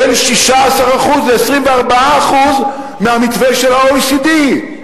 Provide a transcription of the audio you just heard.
בין 16% ל-24% מהמתווה של ה-OECD.